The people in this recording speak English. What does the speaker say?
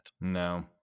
No